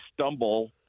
stumble